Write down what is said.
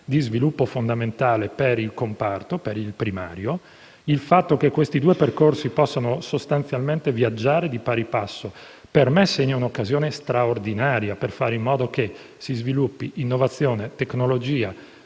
di sviluppo fondamentale per il comparto primario. Il fatto che questi due percorsi possano viaggiare di pari passo per me segna una occasione straordinaria per fare in modo che si sviluppino innovazione e tecnologia